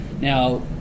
Now